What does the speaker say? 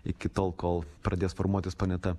iki tol kol pradės formuotis planeta